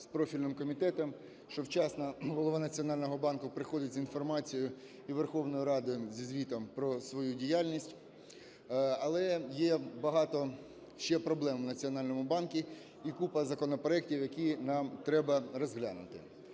з профільним комітетом, що вчасно Голова Національного банку приходить з інформацією у Верховну Раду зі звітом про свою діяльність. Але є багато ще проблем в Національному банку і купа законопроектів, які нам треба розглянути.